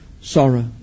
sorrow